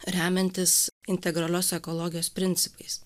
remiantis integralios ekologijos principais